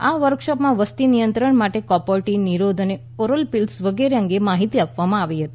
આ વર્કશોપમાં વસતિ નિયંત્રણ માટે કોપર ટી નિરોધ ઓરલ પીલ્સ વગેરે અંગે માહિતી આપવામાં આવી ૃતી